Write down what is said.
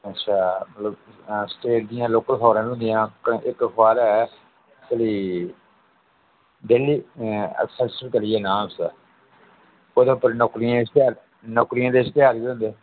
अच्छा मतलब स्टेट दियां लोकल खबरां बी हुंदियां इक इक अखबार ऐ केह्ड़ी डेह्ली एक्सेलसियर करियै नां ऐ उसदा ओह्दे उप्पर नोकरिये दे नौकरियें दे इश्तेहार बी होंदे